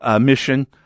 mission